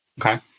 Okay